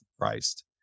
Christ